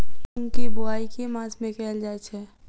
मूँग केँ बोवाई केँ मास मे कैल जाएँ छैय?